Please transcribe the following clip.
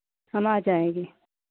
हम आ जाएंगे